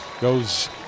Goes